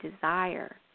desire